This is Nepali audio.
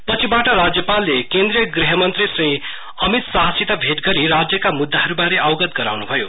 पछिबाट राज्यपालले केन्द्रीय गृह मन्त्री श्री अमीत शाहसित भेट गरी राज्यका मुद्दाहरु बारे अवगत गराउन् भयो